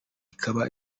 bikaba